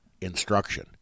instruction